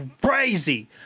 crazy